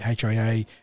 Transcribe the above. HIA